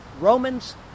Romans